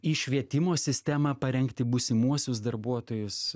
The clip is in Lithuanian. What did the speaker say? į švietimo sistemą parengti būsimuosius darbuotojus